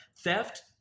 theft